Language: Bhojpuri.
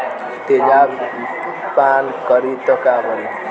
तेजाब पान करी त का करी?